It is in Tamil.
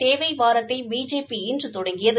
சேவை வாரத்தை பிஜேபி இன்று தொடங்கியது